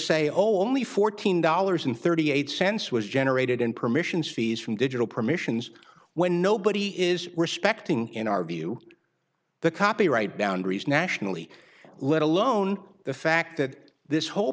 say old only fourteen dollars and thirty eight cents was generated in permissions fees from digital permissions when nobody is respecting in our view the copyright boundaries nationally let alone the fact that this whole